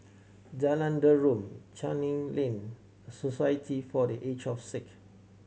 Jalan Derum Canning Lane Society for The Aged of Sick